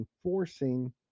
enforcing